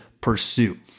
pursue